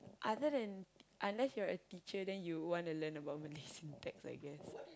other than unless you're a teacher then you wanna learn about Malay syntax I guess